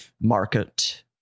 market